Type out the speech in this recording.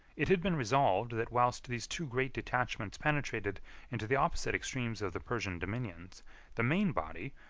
it had been resolved, that whilst these two great detachments penetrated into the opposite extremes of the persian dominions, the main body,